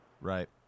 Right